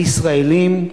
הישראלים,